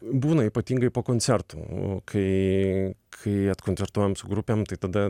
būna ypatingai po koncertų kai kai atkoncertuojam su grupėm tai tada